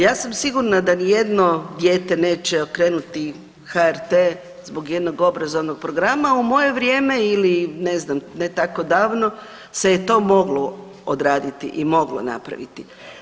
Ja sam sigurna da ni jedno dijete neće okrenuti HRT zbog jednog obrazovnog programa, u moje vrijeme ili ne znam, ne tako davno se je to moglo odraditi i moglo napraviti.